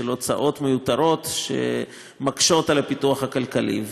של הוצאות מיותרות שמקשות את הפיתוח הכלכלי.